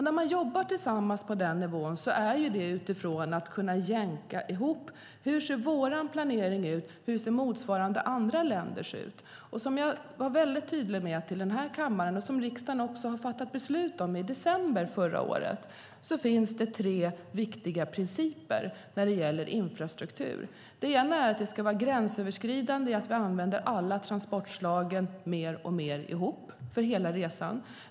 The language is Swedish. När man jobbar tillsammans på den nivån sker det utifrån att jämka ihop hur vår planering ser ut och hur motsvarande planering ser ut i andra länder. Jag har tydligt sagt till kammaren, och riksdagen fattade beslut i december förra året, att det finns tre viktiga principer för infrastruktur. En är att infrastrukturen ska vara gränsöverskridande eftersom alla transportslagen används mer och mer ihop för hela resan.